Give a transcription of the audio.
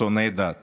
שונאי דת